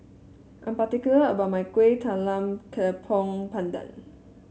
I'm particular about my Kueh Talam Tepong Pandan